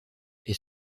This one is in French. est